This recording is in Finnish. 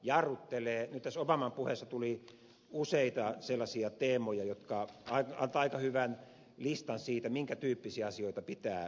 nyt tässä obaman puheessa tuli useita sellaisia teemoja jotka antavat aika hyvän listan siitä minkä tyyppisiä asioita pitää säädellä